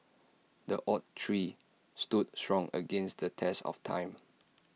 the oak tree stood strong against the test of time